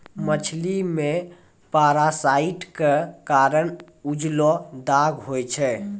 मछली मे पारासाइट क कारण उजलो दाग होय छै